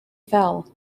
fell